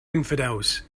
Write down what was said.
infidels